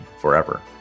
forever